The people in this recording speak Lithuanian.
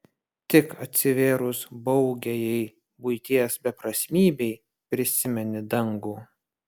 tik atsivėrus baugiajai buities beprasmybei prisimeni dangų